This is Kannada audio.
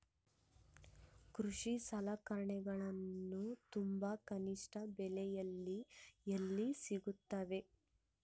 ಕೃಷಿ ಸಲಕರಣಿಗಳು ತುಂಬಾ ಕನಿಷ್ಠ ಬೆಲೆಯಲ್ಲಿ ಎಲ್ಲಿ ಸಿಗುತ್ತವೆ?